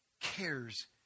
cares